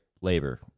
labor